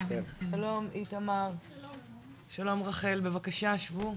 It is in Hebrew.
שלום איתמר, שלום רחל, בבקשה שבו.